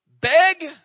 beg